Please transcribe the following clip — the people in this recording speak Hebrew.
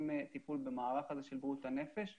טיפול במערך הזה של בריאות הנפש הציבורי,